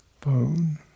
bone